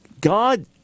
God